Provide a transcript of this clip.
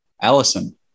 Allison